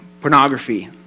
pornography